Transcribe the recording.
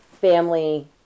family